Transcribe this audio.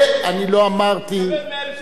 אני לא אמרתי מקבל 100,000 שקל,